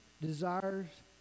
desires